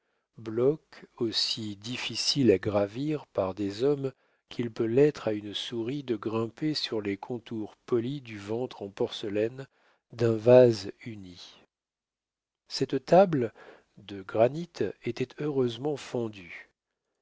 bloc aussi difficile à gravir par des hommes qu'il peut l'être à une souris de grimper sur les contours polis du ventre en porcelaine d'un vase uni cette table de granit était heureusement fendue